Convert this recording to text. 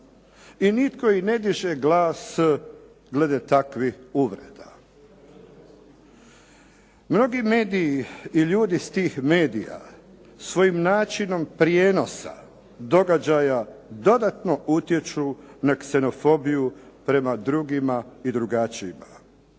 i nitko i ne diže glas glede takvih uvreda. Mnogi mediji i ljudi iz tih medija svojim načinom prijenosa događaja, dodatno utječu na ksenofobiju prema drugima i drugačijima.